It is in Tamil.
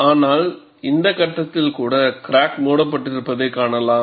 ஆனால் இந்த கட்டத்தில் கூட கிராக் மூடப்பட்டிருப்பதைக் காணலாம்